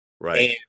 Right